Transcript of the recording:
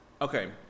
okay